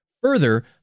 Further